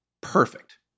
perfect